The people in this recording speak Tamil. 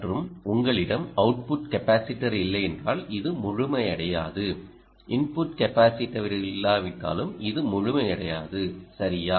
மற்றும் உங்களிடம் அவுட்புட் கெபாஸிடர் இல்லையென்றால் இது முழுமையடையாதுஇன்புட் கெபாசிடர் இல்லாவிட்டாலும் இது முழுமையடையாது சரியா